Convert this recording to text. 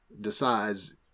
decides